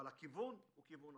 אבל הכיוון נכון.